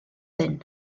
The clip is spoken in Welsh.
hyn